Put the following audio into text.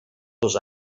dos